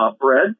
bread